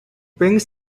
brings